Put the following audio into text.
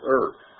earth